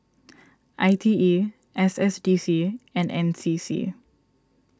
I T E S S D C and N C C